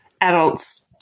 adults